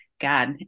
God